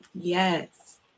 Yes